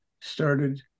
started